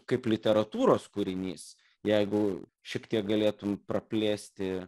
kaip literatūros kūrinys jeigu šiek tiek galėtum praplėsti